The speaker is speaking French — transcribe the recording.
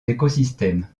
écosystèmes